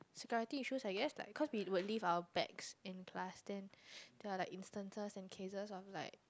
security issues I guess like cause we would leave our bags in class then there are like instances and cases of like